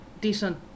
decent